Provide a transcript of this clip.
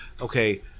okay